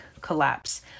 collapse